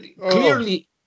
clearly